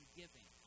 giving